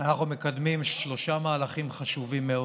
אנחנו מקדמים שלושה מהלכים חשובים מאוד.